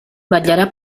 vetllarà